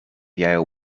yale